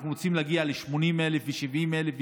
אנחנו רוצים להגיע ל-80,000 ו-70,000 ו-60,000,